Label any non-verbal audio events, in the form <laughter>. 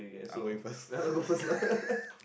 I'm going first <laughs>